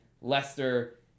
Leicester